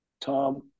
Tom